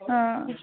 हां